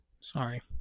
Sorry